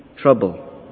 Trouble